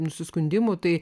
nusiskundimų tai